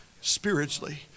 spiritually